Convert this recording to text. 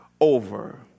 over